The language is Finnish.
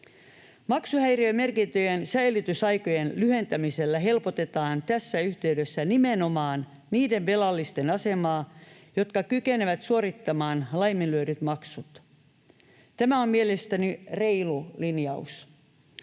Maksuhäiriömerkintöjen säilytysaikojen lyhentämisellä helpotetaan tässä yhteydessä nimenomaan niiden velallisten asemaa, jotka kykenevät suorittamaan laiminlyödyt maksut. Tämä on mielestäni reilu linjaus.